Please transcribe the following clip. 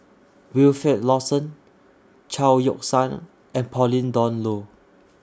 Wilfed Lawson Chao Yoke San and Pauline Dawn Loh